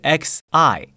xi，